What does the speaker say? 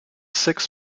six